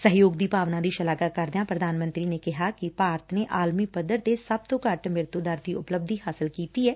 ਸਹਿਯੋਗ ਦੀ ਭਾਵਨਾ ਦੀ ਸ਼ਲਾਘਾ ਕਰਦਿਆਂ ਪ੍ਰਧਾਨ ਨੇ ਕਿਹਾ ਕਿ ਭਾਰਤ ਨੇ ਆਲਮੀ ਪੱਧਰ ਤੇ ਸਭ ਤੋ ਘੱਟ ਮ੍ਰਿਤੁ ਦਰ ਦੀ ਉਪਲੱਬਧੀ ਹਾਸਲ ਕੀਡੀ ਐ